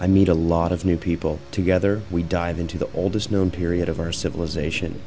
i meet a lot of new people together we dive into the oldest known period of our civilization